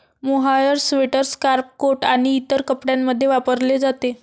mohair sweater, scarf, coat आणि इतर कपड्यांमध्ये वापरले जाते